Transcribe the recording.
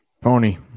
pony